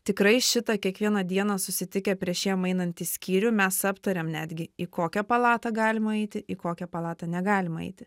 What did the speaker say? tikrai šitą kiekvieną dieną susitikę prieš jiem einant į skyrių mes aptariam netgi į kokią palatą galima eiti į kokią palatą negalima eiti